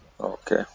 Okay